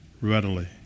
readily